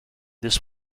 this